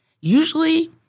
usually